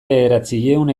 bederatziehun